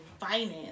finance